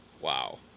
Wow